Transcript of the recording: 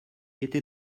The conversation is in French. était